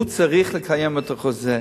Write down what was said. הוא צריך לקיים את החוזה.